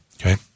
okay